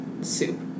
Soup